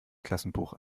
klassenbuch